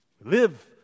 Live